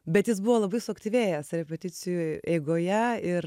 bet jis buvo labai suaktyvėjęs repeticijų eigoje ir